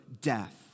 death